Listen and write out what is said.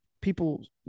people